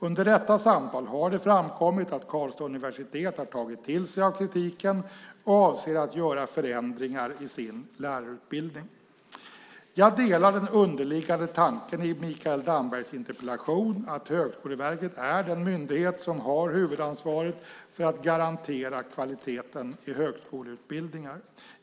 Under detta samtal har det framkommit att Karlstads universitet har tagit till sig av kritiken och avser att göra förändringar i sin lärarutbildning. Jag delar den underliggande tanken i Mikael Dambergs interpellation att Högskoleverket är den myndighet som har huvudansvaret för att garantera kvaliteten i högskoleutbildningar.